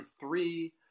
three